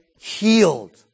healed